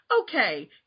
Okay